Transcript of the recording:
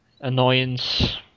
annoyance